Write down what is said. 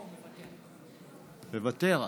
מוותר?